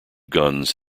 guns